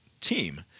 team